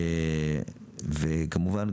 וכמובן,